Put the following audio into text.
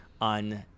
on